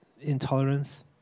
intolerance